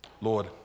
Lord